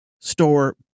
store